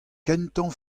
kentañ